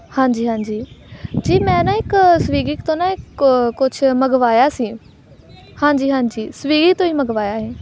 ਹਾਂਜੀ ਹਾਂਜੀ ਜੀ ਮੈਂ ਨਾ ਇੱਕ ਸਵੀਗੀ ਤੋਂ ਨਾ ਇੱਕ ਕੁਛ ਮੰਗਵਾਇਆ ਸੀ ਹਾਂਜੀ ਹਾਂਜੀ ਸਵੀਗੀ ਤੋਂ ਹੀ ਮੰਗਵਾਇਆ ਸੀ